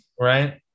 Right